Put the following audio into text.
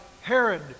Herod